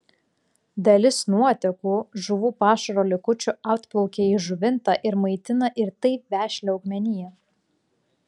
dalis nuotekų žuvų pašaro likučių atplaukia į žuvintą ir maitina ir taip vešlią augmeniją